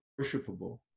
worshipable